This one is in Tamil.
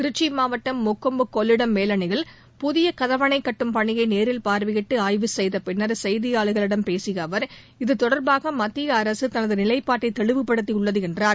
திருச்சி மாவட்டம் முக்கொம்பு கொள்ளிடம் மேலணையில் புதிய கதவணை கட்டும் பணியை நேசில் பார்வையிட்டு ஆய்வு செய்த பின்னர் செய்தியாளர்களிடம் பேசிய அவர் இத்தொடர்பாக மத்திய அரசு தனது நிலைப்பாட்டை தெளிவுப்படுத்தியுள்ளது என்றார்